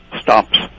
stops